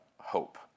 hope